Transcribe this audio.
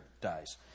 dies